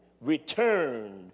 returned